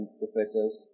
professors